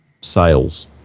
sales